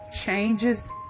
changes